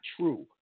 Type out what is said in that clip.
true